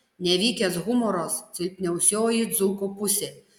nevykęs humoras silpniausioji dzūko pusė